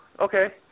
okay